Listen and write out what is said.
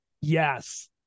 Yes